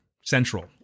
central